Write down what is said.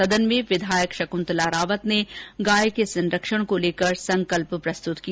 सदन में विधायक शकृंतला रावत ने गाय के संरक्षण को लेकर संकल्प प्रस्तुत किया